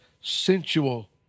sensual